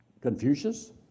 Confucius